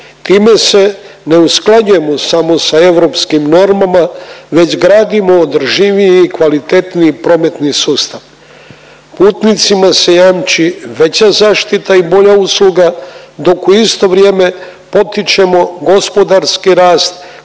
Time se ne usklađujemo samo sa europskim normama već gradimo održiviji i kvalitetniji prometni sustav. Putnicima se jamči veća zaštita i bolja usluga dok u isto vrijeme potičemo gospodarski rast kroz